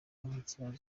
nk’ikibazo